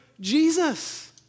Jesus